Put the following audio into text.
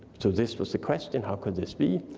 so this was the question, how could this be?